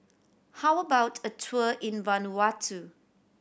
how about a tour in Vanuatu